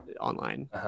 online